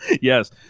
Yes